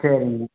சரிங்க